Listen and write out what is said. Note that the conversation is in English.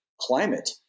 climate